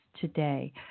today